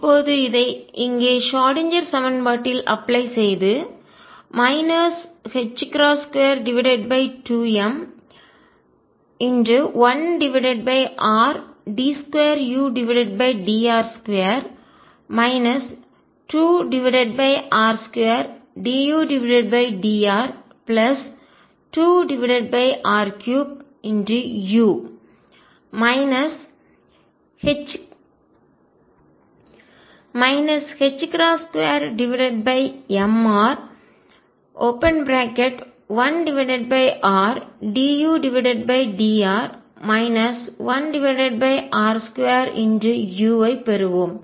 இப்போது இதை இங்கே ஷ்ராடின்ஜெர் சமன்பாட்டில் அப்ளை செய்து 22m1r d2udr2 2r2dudr2r3u 2mr1rdudr 1r2u ஐப் பெறுவோம்